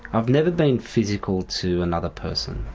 i've never been physical to another person,